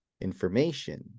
information